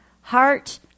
Heart